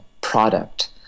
product